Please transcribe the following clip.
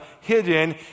hidden